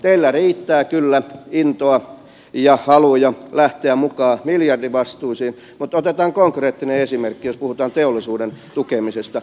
teillä riittää kyllä intoa ja haluja lähteä mukaan miljardivastuisiin mutta otetaan konkreettinen esimerkki jos puhutaan teollisuuden tukemisesta